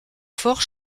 fort